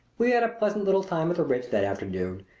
we had a pleasant little time at the ritz that afternoon,